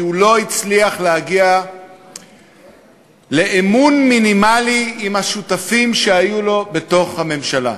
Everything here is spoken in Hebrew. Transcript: כי הוא לא הצליח להגיע לאמון מינימלי עם השותפים שהיו לו בתוך הממשלה,